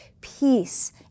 peace